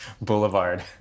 Boulevard